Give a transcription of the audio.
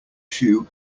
shoe